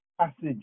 passage